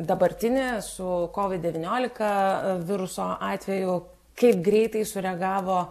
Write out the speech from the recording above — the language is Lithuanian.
dabartinę su kovid devyniolika viruso atvejų kaip greitai sureagavo